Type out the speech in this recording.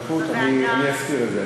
תודה על השותפות, אני אזכיר את זה.